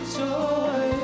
joy